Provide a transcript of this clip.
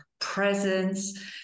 presence